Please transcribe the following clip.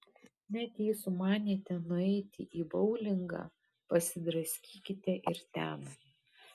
net jei sumanėte nueiti į boulingą pasidraskykite ir ten